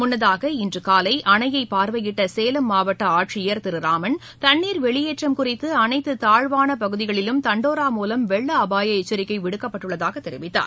முன்னதாக இன்று காலை அணையை பார்வையிட்ட சேலம் மாவட்ட ஆட்சியர் திரு ராமன் தண்ணீர் வெளியேற்றம் குறிதது அனைத்து தாழ்வான பகுதிகளிலும் தண்டோரா மூலம் வெள்ள அபாய எச்சரிக்கை விடுக்கப்பட்டுள்ளதாகத் தெரிவித்தார்